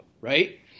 Right